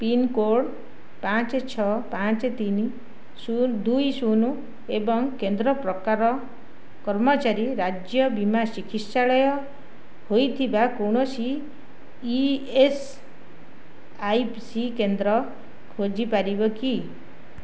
pincode ପାଞ୍ଚ ଛଅ ପାଞ୍ଚେତିନି ଦୁଇ ଶୂନ ଏବଂ କେନ୍ଦ୍ର ପ୍ରକାର କର୍ମଚାରୀ ରାଜ୍ୟ ବୀମା ଚିକିତ୍ସାଳୟ ହୋଇଥିବା କୌଣସି ଇ ଏସ୍ ଆଇ ସି କେନ୍ଦ୍ର ଖୋଜି ପାରିବ କି